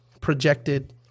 projected